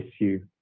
issue